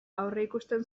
aurreikusten